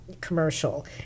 commercial